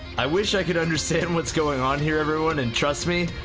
i wish i could understand what's going on here everyone and trust me,